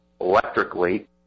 electrically